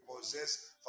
possess